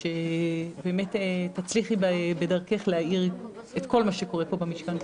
ושבאמת תצליחי בדרכך להאיר את כל מה שקורה פה במשכן.